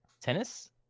Tennis